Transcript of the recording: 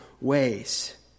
ways